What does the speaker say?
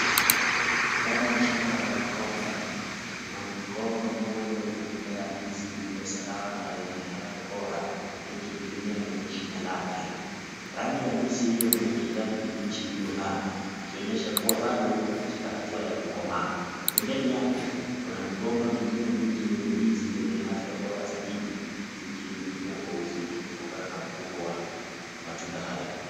Ndani ya shamba la migomba, kuna mgomba mmoja wenye tunda la ndizi lililo salama na lenye afya bora, likining'inia kwenye shina lake. Rangi ya ndizi hiyo ni ya kijani kibichi iliyong'aa. Ikionyesha kuwa bado iko katika hatua ya kukomaa. Pembeni yake, kuna migomba mingine mingi yenye ndizi zenye afya bora zaidi zikining'inia kwa uzito kutokana na ukubwa wa matunda hayo.